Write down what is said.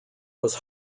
was